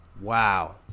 Wow